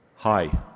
Hi